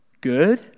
Good